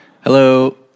Hello